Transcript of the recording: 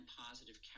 positive